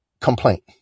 complaint